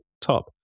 top